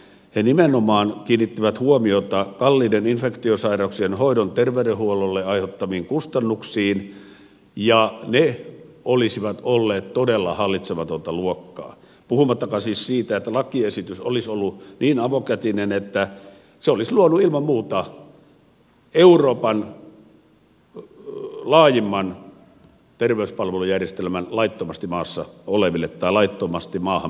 he nimenomaan kiinnittivät huomiota kalliiden infektiosairauk sien hoidon terveydenhuollolle aiheuttamiin kustannuksiin ja ne olisivat olleet todella hallitsematonta luokkaa puhumattakaan siis siitä että lakiesitys olisi ollut niin avokätinen että se olisi luonut ilman muuta euroopan laajimman terveyspalvelujärjestelmän laittomasti maassa oleville tai laittomasti maahan pyrkiville